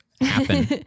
happen